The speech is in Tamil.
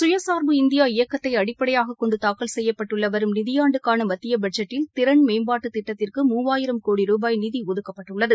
சுயசா்பு இந்தியா இயக்கத்தை அடிப்படையாகக் கொண்டு தாக்கல் செய்யப்பட்டுள்ள வரும் நிதியாண்டுக்காள மத்திய பட்ஜெட்டில் திறள் மேம்பாட்டு திட்டத்திற்கு மூவாயிரம் கோடி ரூபாய் நிதி ஒதக்கப்பட்டுள்ளது